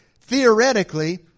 Theoretically